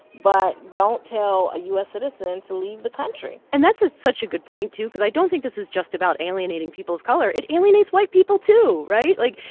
but don't tell a u s. citizen to leave the country and that's ah such a good point, too, because i don't think this is just about alienating people of color. it alienates white people too, right? like,